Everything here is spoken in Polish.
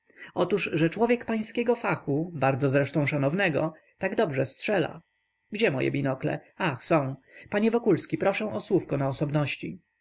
otóż że człowiek pańskiego fachu bardzo zresztą szanownego tak dobrze strzela gdzie moje binokle ach są panie wokulski proszę o słówko na osobności